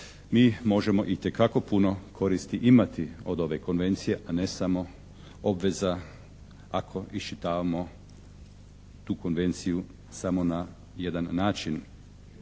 mi možemo itekako puno koristi imati od ove Konvencije, a ne samo obveza ako iščitavamo tu Konvenciju samo na jedan način.